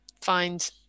find